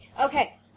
Okay